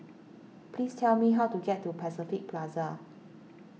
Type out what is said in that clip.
please tell me how to get to Pacific Plaza